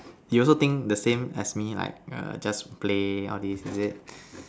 you also think the same as me like err just play all this is it